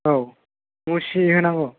औ मुसिहोनांगौ